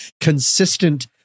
consistent